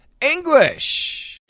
English